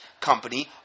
Company